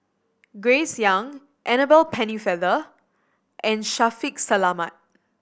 Grace Young Annabel Pennefather and Shaffiq Selamat